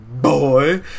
boy